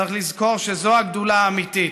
צריך לזכור שזו הגדולה האמיתית,